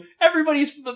everybody's